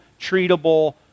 treatable